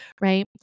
right